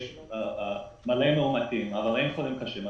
יש מלא מאומתים אבל אין חולים קשים,